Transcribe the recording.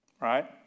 Right